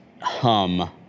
hum